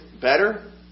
better